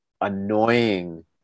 annoying